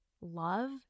love